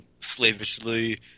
slavishly